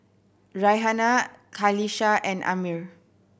Raihana Qalisha and Ammir